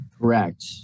Correct